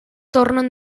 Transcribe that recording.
tornen